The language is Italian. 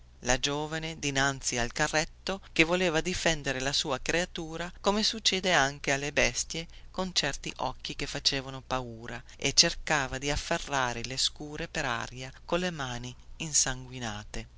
la giovane dinanzi al carretto che voleva difendere la sua creatura come succede anche alle bestie con certi occhi che facevano paura e cercava di afferrare le scuri per aria colle mani insanguinate